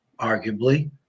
arguably